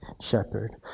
shepherd